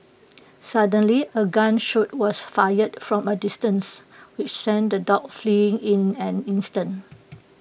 suddenly A gun shot was fired from A distance which sent the dogs fleeing in an instant